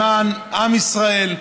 למען עם ישראל.